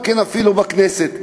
אפילו בכנסת.